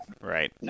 Right